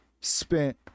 spent